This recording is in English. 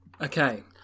Okay